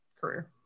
career